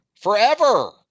forever